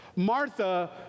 Martha